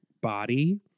body